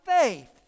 faith